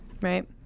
Right